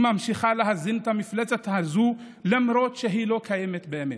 וממשיכה להזין את המפלצת הזאת למרות שהיא לא קיימת באמת.